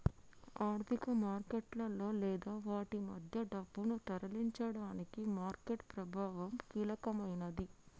ఆర్థిక మార్కెట్లలో లేదా వాటి మధ్య డబ్బును తరలించడానికి మార్కెట్ ప్రభావం కీలకమైనది